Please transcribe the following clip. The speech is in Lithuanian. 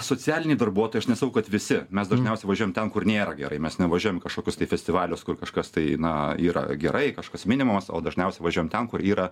socialiniai darbuotojai aš nesakau kad visi mes dažniausiai važiuojam ten kur nėra gerai mes nevažiuojam į kažkokius tai festivalius kur kažkas tai na yra gerai kažkas minimamas o dažniausiai važiuojam ten kur yra